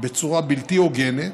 בצורה בלתי הוגנת,